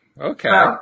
Okay